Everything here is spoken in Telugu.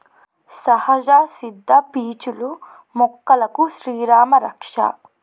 సహజ సిద్ద పీచులు మొక్కలకు శ్రీరామా రక్ష